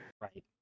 Right